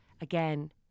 again